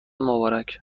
مبارک